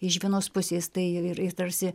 iš vienos pusės tai ir i tarsi